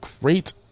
great